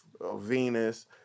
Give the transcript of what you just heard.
Venus